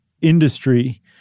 industry